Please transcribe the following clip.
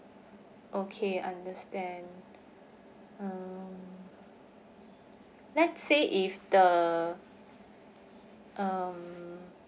okay understand um let say if the um